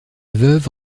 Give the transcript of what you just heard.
veuve